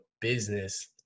business